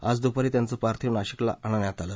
आज दुपारी त्यांचे पार्थिव नाशिकला आणण्यात आलं